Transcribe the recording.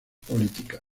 políticas